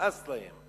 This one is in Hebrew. נמאס להם.